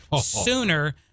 sooner